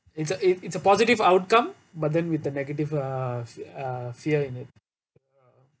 it's a it's it's a positive outcome but then with the negative uh f~ uh fear in it ya